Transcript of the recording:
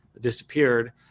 disappeared